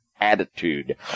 attitude